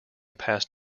past